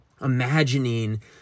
imagining